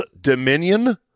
Dominion